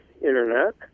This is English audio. internet